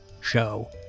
show